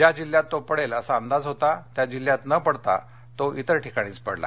ज्या जिल्ह्यात तो पडेल असा अंदाज होता त्या जिल्ह्यात न पडता तो इतरत्रच पडला